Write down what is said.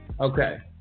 okay